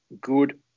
good